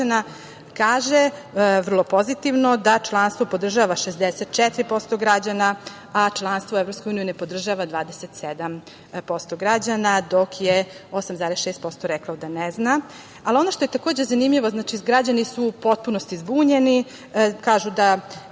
kaže vrlo pozitivno da članstvo podržava 64% građana, a članstvo u EU ne podržava 27% građana, dok je 8,6% reklo da ne zna. Ono što je takođe zanimljivo, građani su u potpunosti zbunjeni. Na